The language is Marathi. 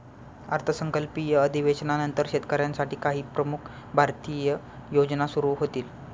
अर्थसंकल्पीय अधिवेशनानंतर शेतकऱ्यांसाठी काही प्रमुख भारतीय योजना सुरू होतील